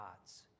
gods